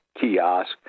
kiosk